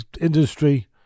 industry